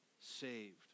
saved